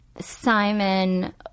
simon